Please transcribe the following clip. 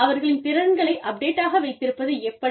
அவர்களின் திறன்களை அப்டேட்டடாக வைத்திருப்பது எப்படி